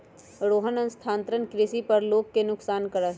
रोहन स्थानांतरण कृषि पर लोग के नुकसान करा हई